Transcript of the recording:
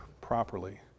properly